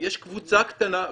יש קבוצה קטנה,